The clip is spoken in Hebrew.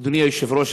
אדוני היושב-ראש,